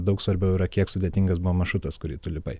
daug svarbiau yra kiek sudėtingas buvo maršrutas kurį tu lipai